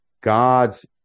God's